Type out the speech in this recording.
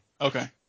Okay